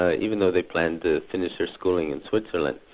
ah even though they planned to finish their schooling in switzerland.